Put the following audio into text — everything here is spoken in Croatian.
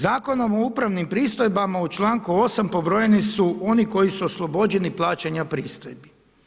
Zakonom o upravnim pristojbama u članku 8. pobrojeni su oni koji su oslobođeni plaćanja pristojbi.